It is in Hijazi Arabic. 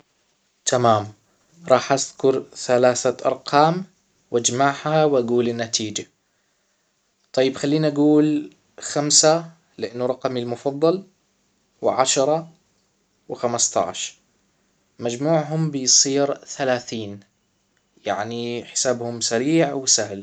تمام راح اذكر ثلاثة ارقام واجمعها واقول النتيجة طيب خليني اجول خمسة لإنه رقمي المفضل وعشرة وخمسة عشر مجموعهم بيصير ثلاثين يعني حسابهم سريع وسهل